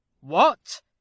What